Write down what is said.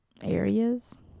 areas